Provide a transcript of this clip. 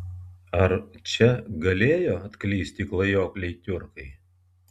ar čia galėjo atklysti klajokliai tiurkai